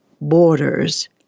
borders